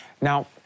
Now